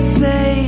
say